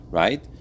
right